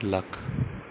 lakh